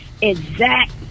exact